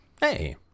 Hey